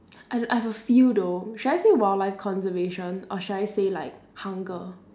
I've I have a few though should I say wildlife conservation or should I say like hunger